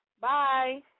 Bye